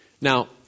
Now